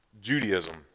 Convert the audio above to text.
Judaism